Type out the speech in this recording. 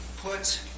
Put